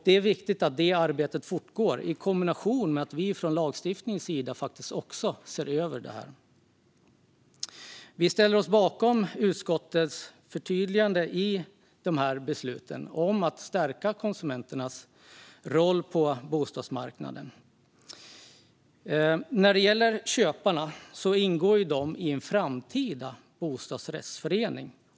Det är viktigt att detta arbete fortgår i kombination med att vi från lagstiftarens sida också ser över detta. Vi ställer oss bakom utskottets förslag till förtydligande när det gäller att stärka konsumenternas roll på bostadsmarknaden. Köparna ingår i en framtida bostadsrättsförening.